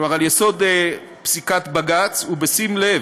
כלומר על יסוד פסיקת בג"ץ, ובשים לב,